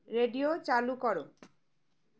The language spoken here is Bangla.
রেডিও চালু করো